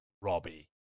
Robbie